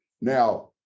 Now